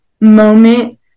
moment